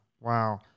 Wow